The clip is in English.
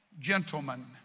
gentlemen